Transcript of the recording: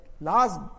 last